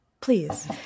Please